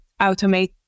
automate